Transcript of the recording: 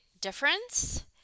difference